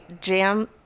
jam